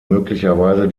möglicherweise